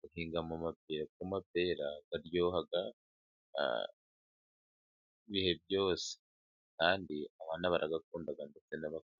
guhingamo amapera, kuko amapera araryoha ibihe byose, kandi abana barayakunda ndetse n'abakuru.